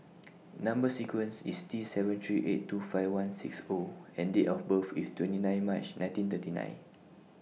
Number sequence IS T seven three eight two five one six O and Date of birth IS twenty nine March nineteen thirty nine